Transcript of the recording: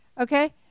Okay